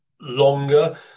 longer